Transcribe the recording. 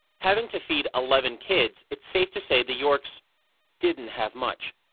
having to feed eleven kids, it's safe to say the yorks didn't have much.